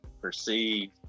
perceive